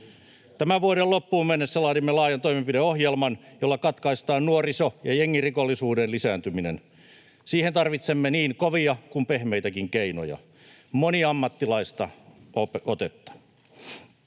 Tämän vuoden loppuun mennessä laadimme laajan toimenpideohjelman, jolla katkaistaan nuoriso- ja jengirikollisuuden lisääntyminen. Siihen tarvitsemme niin kovia kuin pehmeitäkin keinoja, moniammatillista otetta.